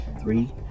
three